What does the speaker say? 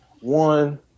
one